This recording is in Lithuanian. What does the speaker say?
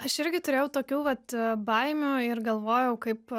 aš irgi turėjau tokių vat baimių ir galvojau kaip